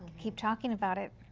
keep talking about it.